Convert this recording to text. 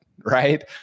Right